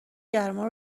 گرما